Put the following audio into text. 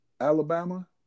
Alabama